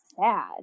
sad